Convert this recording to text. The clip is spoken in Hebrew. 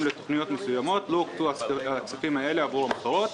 לתוכניות מסוימות לא הוקצו הכספים הללו עבור המטרות,